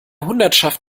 hundertschaft